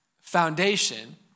foundation